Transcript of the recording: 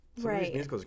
Right